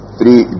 three